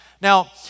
now